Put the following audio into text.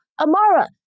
Amara